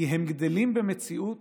כי הם גדלים במציאות